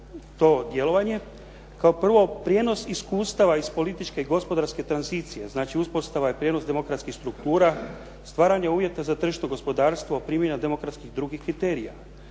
uvjeta za tržišno gospodarstvo,